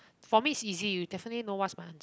for me is easy you definitely know what's my answer